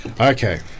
Okay